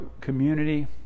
community